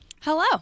Hello